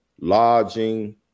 lodging